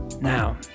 Now